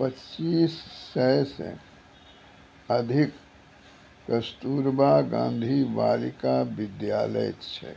पच्चीस सय से अधिक कस्तूरबा गांधी बालिका विद्यालय छै